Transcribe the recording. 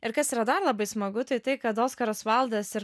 ir kas yra dar labai smagu tai tai kad oskaras vaildas ir